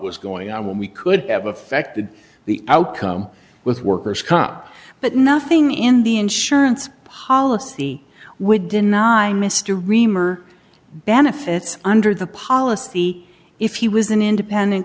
was going on we could have affected the outcome with worker's comp but nothing in the insurance policy would deny mr riemer benefits under the policy if he was an independent